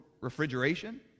refrigeration